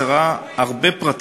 הצעת החוק חסרה הרבה פרטים,